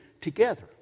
together